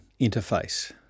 interface